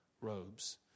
robes